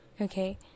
Okay